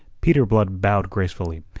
peter blood bowed gracefully,